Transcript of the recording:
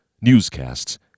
newscasts